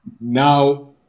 Now